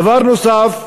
דבר נוסף,